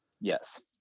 yes